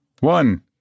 one